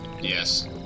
Yes